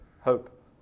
hope